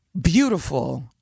Beautiful